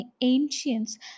ancients